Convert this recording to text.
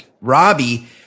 Robbie